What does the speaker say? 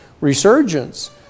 resurgence